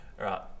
right